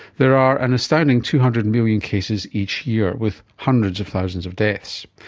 there are an astounding two hundred million cases each year. with hundreds of thousands of deaths.